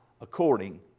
according